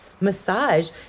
massage